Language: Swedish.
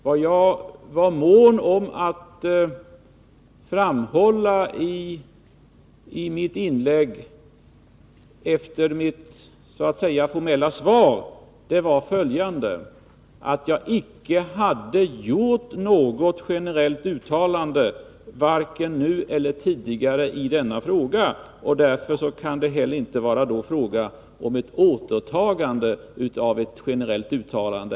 Vad jag var mån om att framhålla var följande: att jag icke har gjort något generellt uttalande i denna fråga. Därför kan det inte vara tal om något återtagande av ett generellt uttalande.